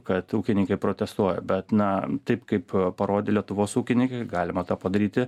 kad ūkininkai protestuoja bet na taip kaip parodė lietuvos ūkininkai galima tą padaryti